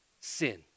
sin